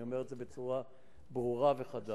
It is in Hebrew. אני אומר את זה בצורה ברורה וחדה.